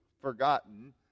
forgotten